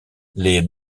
les